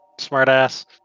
Smartass